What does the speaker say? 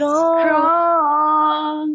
strong